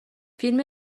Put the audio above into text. فیلم